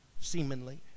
seemingly